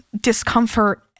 discomfort